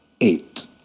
eight